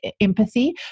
empathy